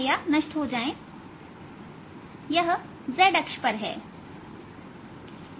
यह z अक्ष पर है